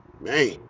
Man